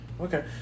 Okay